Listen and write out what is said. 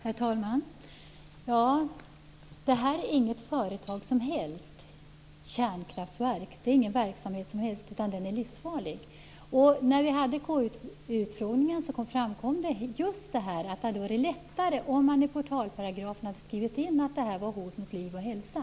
Herr talman! Det här är inte vilket företag som helst. Kärnkraftverk är inte vilken verksamhet som helst, den är livsfarlig. I KU-utfrågningen framkom det att det hade varit lättare om man i portalparagrafen hade skrivit in att det här var ett hot mot liv och hälsa.